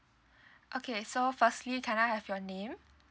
okay so firstly can I have your name